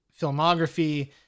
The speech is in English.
filmography